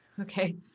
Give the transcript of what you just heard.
Okay